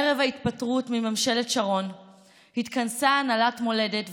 ערב ההתפטרות מממשלת שרון התכנסה הנהלת מולדת,